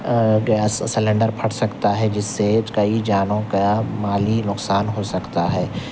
gas cylinder پھٹ سکتا ہے جس سے کئی جانوں کا مالی نقصان ہو سکتا ہے